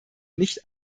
nicht